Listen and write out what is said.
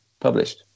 published